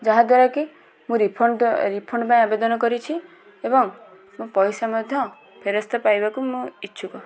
ଯାହାଦ୍ୱାରା କି ମୁଁ ରିଫଣ୍ଡ ରିଫଣ୍ଡ ପାଇଁ ଆବେଦନ କରିଛି ଏବଂ ମୁଁ ପଇସା ମଧ୍ୟ ଫେରସ୍ତ ପାଇବାକୁ ମୁଁ ଇଚ୍ଛୁକ